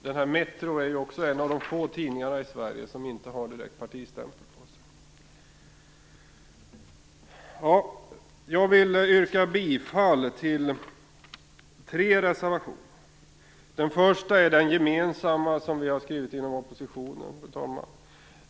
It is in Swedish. Tidningen Metro är en av de få tidningar i Sverige som inte har direkt partistämpel på sig. Jag vill yrka bifall till tre reservationer. Den första är den reservation som vi har skrivit gemensamt inom oppositionen.